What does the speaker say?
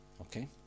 Okay